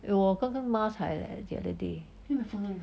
eh 我刚刚抹才 leh the other day